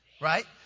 Right